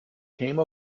came